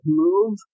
move